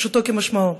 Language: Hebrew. פשוטו כמשמעו.